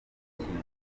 urukingo